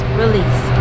release